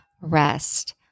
rest